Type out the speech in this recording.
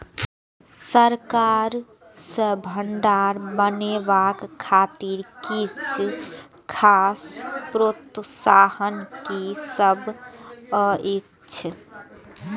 सरकार सँ भण्डार बनेवाक खातिर किछ खास प्रोत्साहन कि सब अइछ?